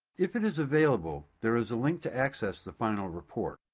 if it is available, there is a link to access the final report.